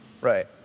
Right